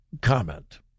comment